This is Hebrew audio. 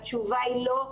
התשובה היא לא.